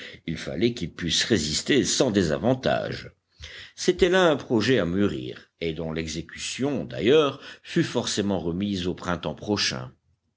il fallait qu'ils pussent résister sans désavantage c'était là un projet à mûrir et dont l'exécution d'ailleurs fut forcément remise au printemps prochain